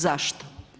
Zašto?